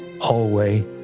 hallway